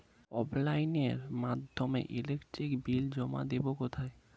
অফলাইনে এর মাধ্যমে ইলেকট্রিক বিল জমা দেবো কোথায়?